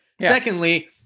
Secondly